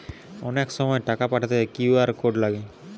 অনেক সময় টাকা পাঠাতে কিউ.আর কোড লাগে